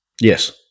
Yes